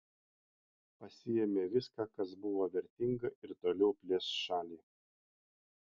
pasiėmė viską kas buvo vertinga ir toliau plėš šalį